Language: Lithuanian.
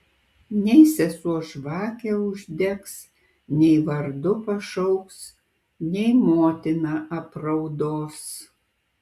nei sesuo žvakę uždegs nei vardu pašauks nei motina apraudos